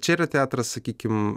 čia yra teatras sakykim